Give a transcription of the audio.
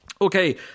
Okay